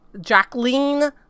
jacqueline